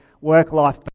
work-life